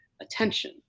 attention